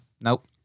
Nope